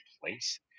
place